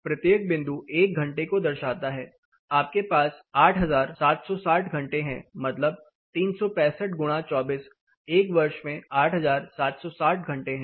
प्रत्येक बिंदु एक घंटे को दर्शाता है आपके पास 8760 घंटे है मतलब 36524 एक वर्ष में 8760 घंटे है